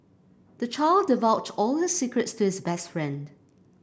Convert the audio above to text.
the child divulged all his secrets to his best friend